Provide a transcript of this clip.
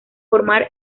formar